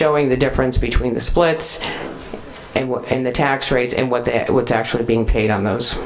showing the difference between the splits and what the tax rates and what the it was actually being paid on those